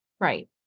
Right